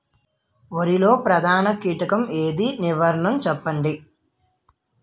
వరిలో ప్రధాన కీటకం ఏది? నివారణ చెప్పండి?